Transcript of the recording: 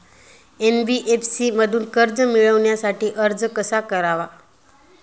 NBFC मधून कर्ज मिळवण्यासाठी अर्ज कसा करावा?